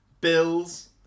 Bills